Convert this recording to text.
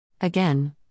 Again